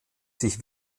sich